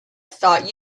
thought